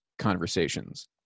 conversations